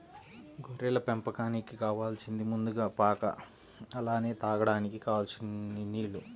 గొర్రెల పెంపకానికి కావాలసింది ముందుగా పాక అలానే తాగడానికి కావలసినన్ని నీల్లు